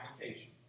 application